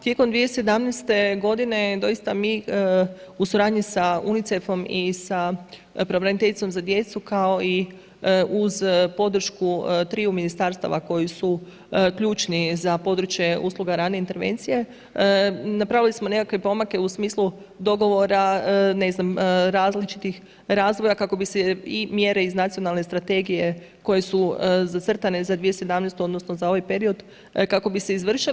Tijekom 2017. godine doista mi u suradnji sa UNICEF-om i pravobraniteljicom za djecu kao i uz podršku triju ministarstava koji su ključni za područje usluga rane intervencije, napravili smo nekakve pomake u smislu dogovora, ne znam različitih razvoja kako bi se i mjere iz nacionalne strategije koje su zacrtane za 2017. odnosno za ovaj period kako bi se izvršile.